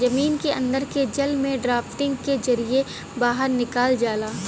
जमीन के अन्दर के जल के ड्राफ्टिंग के जरिये बाहर निकाल जाला